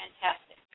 fantastic